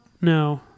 No